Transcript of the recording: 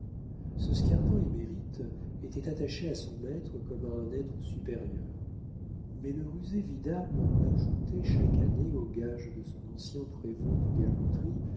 ce scapin émérite était attaché à son maître comme à un être supérieur mais le rusé vidame ajoutait chaque année aux gages de son ancien prévôt de galanterie